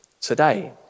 today